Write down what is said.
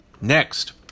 next